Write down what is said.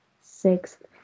sixth